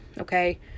Okay